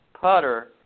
putter